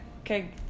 okay